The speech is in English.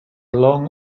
long